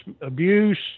abuse